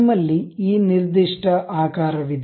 ನಮಲ್ಲಿ ಈ ನಿರ್ದಿಷ್ಟ ಆಕಾರವಿದೆ